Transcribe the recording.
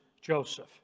Joseph